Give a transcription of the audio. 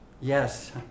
Yes